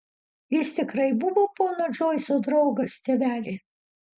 jis tikrai buvo pono džoiso draugas tėveli